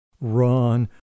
run